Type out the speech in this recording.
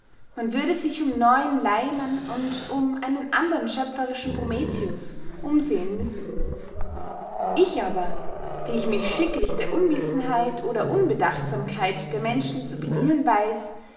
man würde sich um neuen leimen und um einen andern schöpferischen prometheus umsehen müssen ich aber die ich mich schicklich der unwissenheit oder unbedachtsamkeit der menschen zu bedienen weiß